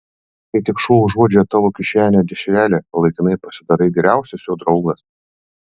kai tik šuo užuodžia tavo kišenėje dešrelę laikinai pasidarai geriausias jo draugas